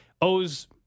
owes